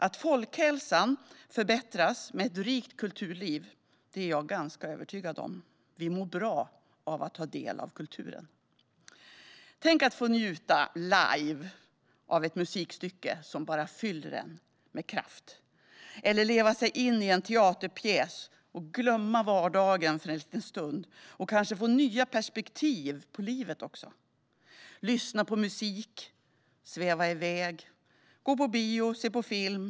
Att folkhälsan förbättras med ett rikt kulturliv är jag ganska övertygad om - vi mår bra av att ta del av kultur. Tänk att få njuta - live - av ett musikstycke som fyller en med kraft eller att leva sig in i en teaterpjäs och glömma vardagen för en stund och kanske få nya perspektiv på livet. Tänk att få lyssna på musik och sväva iväg eller att få gå på bio och se på film.